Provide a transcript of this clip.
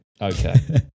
Okay